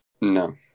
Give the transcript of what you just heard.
No